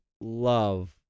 love